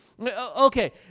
Okay